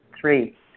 Three